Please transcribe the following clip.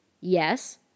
Yes